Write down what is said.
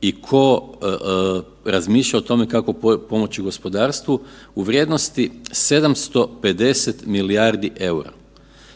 i tko razmišlja o tome kako pomoći gospodarstvu u vrijednosti 750 milijardi eura.